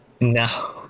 no